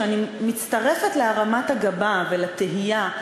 ואני מצטרפת להרמת הגבה ולתהייה: